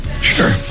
Sure